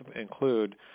include